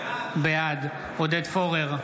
בעד עודד פורר,